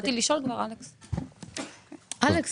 כמו בוועדת יפה,